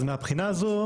מהבחינה הזאת,